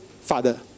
father